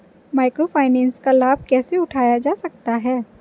Micro finance का लाभ कैसे उठाया जा सकता है?